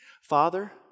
Father